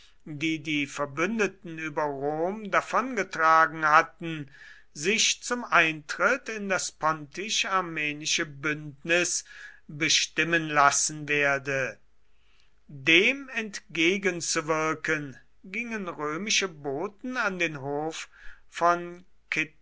die verbündeten über rom davongetragen hatten sich zum eintritt in das pontisch armenische bündnis bestimmen lassen werde dem entgegenzuwirken gingen römische boten an den hof von